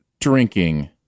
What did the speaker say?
drinking